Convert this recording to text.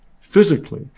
physically